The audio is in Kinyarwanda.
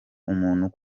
umuntu